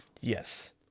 Yes